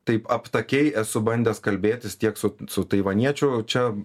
taip aptakiai esu bandęs kalbėtis tiek su su taivaniečių čia